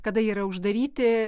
kada yra uždaryti